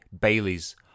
Baileys